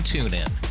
TuneIn